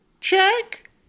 Check